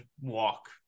walk